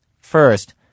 First